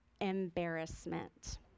embarrassment